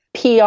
PR